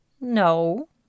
No